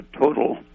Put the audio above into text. total